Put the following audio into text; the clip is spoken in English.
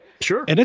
Sure